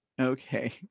okay